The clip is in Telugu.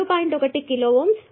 1 కిలోΩ